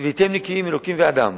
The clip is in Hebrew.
והייתם נקיים עם אלוקים ואדם.